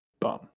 Bum